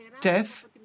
death